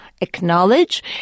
Acknowledge